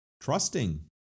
trusting